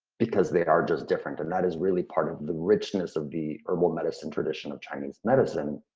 because they are just different. and that is really part of the richness of the herbal medicine tradition of chinese medicine,